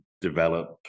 develop